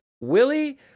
Willie